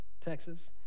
Texas